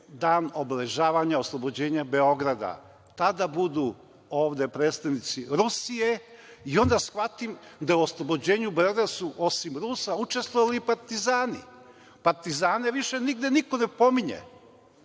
dan obeležavanja oslobođenja Beograda, tada budu ovde predstavnici Rusije, i onda shvatim da oslobođenju Beograda su osim Rusa učestvovali i partizani. Partizane više nigde niko ne pominje,